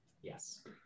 yes